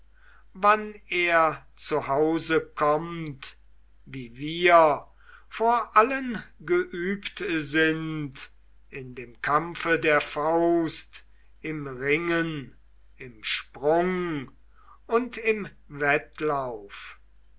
wann er zu hause kommt wie wir vor allen geübt sind in dem kampfe der faust im ringen im sprung und im wettlauf